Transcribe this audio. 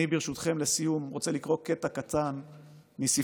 ברשותכם, לסיום, אני רוצה לקרוא קטע קטן מספרו